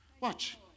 Watch